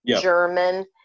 German